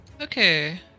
Okay